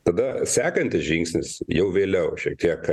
tada sekantis žingsnis jau vėliau šiek tiek